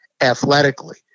athletically